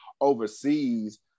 overseas